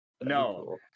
no